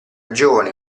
giovane